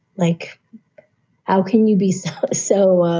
like how can you be so so ah